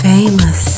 Famous